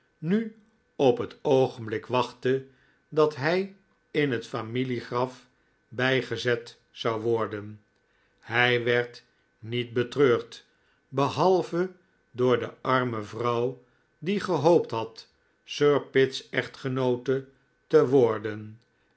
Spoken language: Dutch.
nu op het oogenblik wachtte dat hij in het familiegraf bijgezet zou worden hij werd niet betreurd behalve door de arme vrouw die gehoopt had sir pitt's echtgenoote te worden